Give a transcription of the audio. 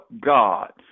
God